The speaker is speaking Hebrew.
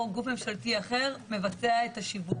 או גוף ממשלתי אחרי מבצע את השיווק,